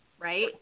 Right